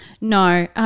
No